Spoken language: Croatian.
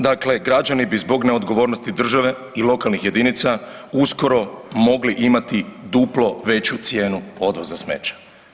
Dakle, građani bi zbog neodgovornosti države i lokalnih jedinica uskoro mogli imati duplo veću cijenu odvoza smeća.